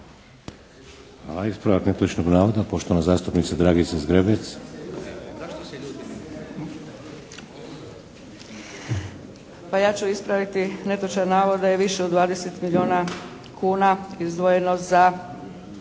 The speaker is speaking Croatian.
ću ispraviti netočan navod da je više od 20 milijuna kuna izdvojeno za